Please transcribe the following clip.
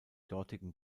dortigen